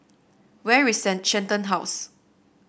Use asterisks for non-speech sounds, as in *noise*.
where is *unintelligible* Shenton House